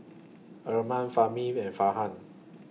Iman Fahmi and Farhan